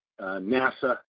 NASA